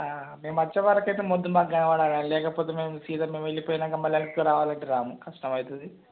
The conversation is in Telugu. మేము వచ్చే వరకు మొద్దు మాకు కనపడాలి లేకపోతే మేము సీదా వెళ్ళిపోయినాక వెనకకి రావాలంటే రాము కష్టమవుతుంది